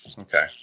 okay